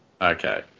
Okay